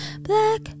Black